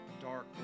dark